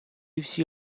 всі